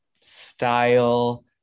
style